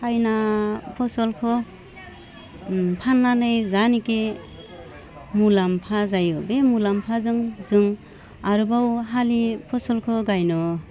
साइना फसलखौ फान्नानै जायनाखि मुलाम्फा जायो बे मुलाम्फाजों जों आरोबाव हालि फसलखौ गाइनो